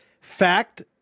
fact